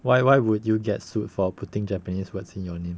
why why would you get sued for putting japanese words in your name